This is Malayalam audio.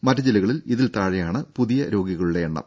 മറ്റ് ജില്ലകളിൽ ഇതിൽ താഴെയാണ് പുതിയ രോഗികളുടെ എണ്ണം